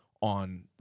on